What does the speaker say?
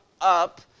up